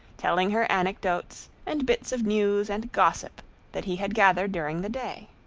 telling her anecdotes and bits of news and gossip that he had gathered during the day.